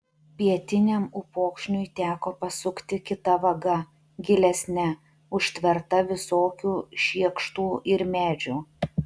pietiniam upokšniui teko pasukti kita vaga gilesne užtverta visokių šiekštų ir medžių